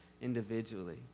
individually